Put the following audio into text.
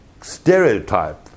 stereotype